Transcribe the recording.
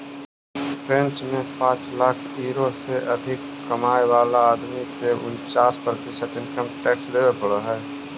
French में पाँच lakh euro से अधिक कमाय वाला आदमी के उन्चास प्रतिशत इनकम टैक्स देवे पड़ऽ हई